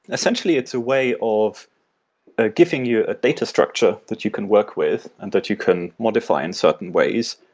essentially, it's a way of ah giving you a data structure that you can work with and that you can modify in certain ways.